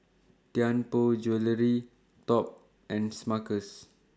Tianpo Jewellery Top and Smuckers